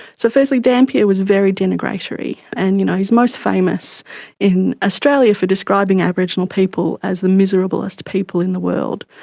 so firstly dampier was very denigratory. and you know he is most famous in australia for describing aboriginal people as the miserablest people in the world.